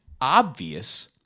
obvious